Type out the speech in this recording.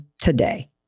today